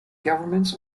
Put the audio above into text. governments